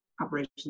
operations